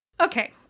Okay